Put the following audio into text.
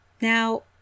now